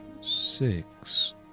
six